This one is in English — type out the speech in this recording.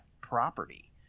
property